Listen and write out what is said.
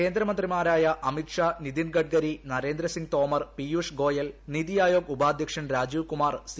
കേന്ദ്രമന്ത്രിമാരായ അമിത് ഷാ നിതിൻ ഗഡ്കരി നരേന്ദ്രസിംഗ് തോമർ പീയുഷ് ഗോയൽ നിതി ആയോഗ് ഉപാധ്യക്ഷൻ രാജീവ് കുമാർ സി